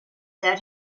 that